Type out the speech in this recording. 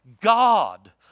God